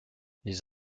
les